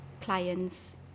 client's